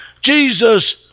Jesus